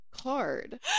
card